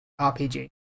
RPG